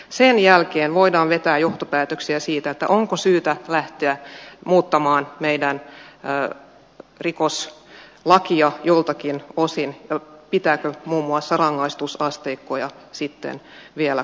sen jälkeen voidaan vetää johtopäätöksiä siitä onko syytä lähteä muuttamaan meidän rikoslakia joiltakin osin pitääkö muun muassa rangaistusasteikkoja sitten vielä korottaa